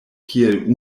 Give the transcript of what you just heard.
kiel